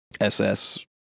SS